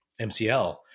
MCL